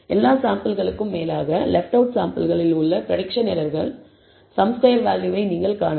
எல்லா சாம்பிள்களுக்கும் மேலாக லெஃப்ட் அவுட் சாம்பிள்களில் உள்ள பிரடிக்சன் எரர்களின் சம் ஸ்கொயர் வேல்யூவை நீங்கள் காணலாம்